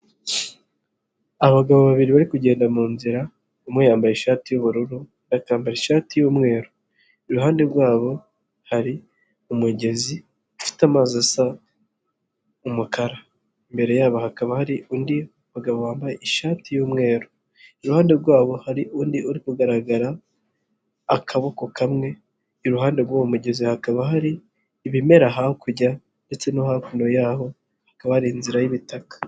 Abagabo babiri bari kugenda mu nzira umwe yambaye ishati y'ubururu, bakambara ishati y'umweru. Iruhande rwabo hari umugezi ufite amazi asa umukara. Imbere yabo hakaba hari undi mugabo wambaye ishati y'umweru. Iruhande rwabo hari undi uri kugaragara akaboko kamwe, iruhande rw'uwo mugezi hakaba hari ibimera hakurya ndetse no hakuno yaho hakaba ari inzira y'ibitaka.